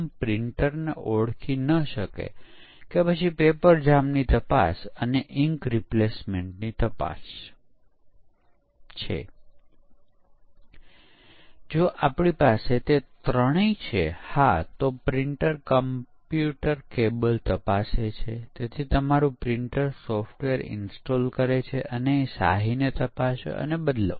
જેમ કે ઉચ્ચ સ્તરની ડિઝાઇન કરવામાં આવે તે પછી એકીકરણ પરીક્ષણની યોજના કરી શકાય છે અને વિગતવાર ડિઝાઇન કરવામાં આવે તેમ એકમ પરીક્ષણની યોજના કરી શકાય છે